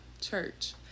church